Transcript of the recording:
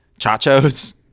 Chachos